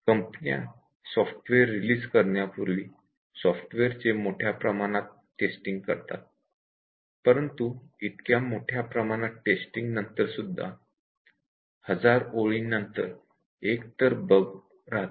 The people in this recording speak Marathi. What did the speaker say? कंपन्या सॉफ्टवेअर रिलीज करण्यापूर्वी सॉफ्टवेअरचे मोठ्या प्रमाणात टेस्टिंग करतात परंतु इतक्या मोठ्या प्रमाणात टेस्टिंग नंतर सुद्धा दर 1000 ओळींनंतर एक तर बग् राहते